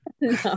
No